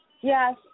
Yes